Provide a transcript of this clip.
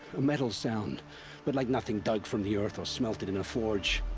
a metal sound. but like nothing dug from the earth, or smelted in a forge.